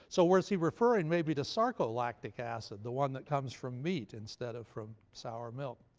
so was he referring maybe to sarcolactic acid, the one that comes from meat instead of from sour milk?